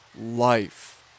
life